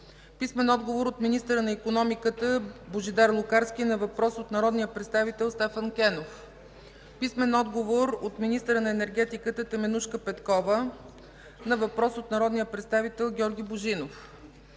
Петър Славов; - от министъра на икономиката Божидар Лукарски на въпрос от народния представител Стефан Кенов; - от министъра на енергетиката Теменужка Петкова на въпрос от народния представител Георги Божинов;